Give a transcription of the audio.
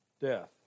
death